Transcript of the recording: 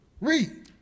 Read